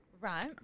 Right